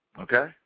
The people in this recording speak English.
okay